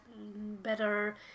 better